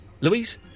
Louise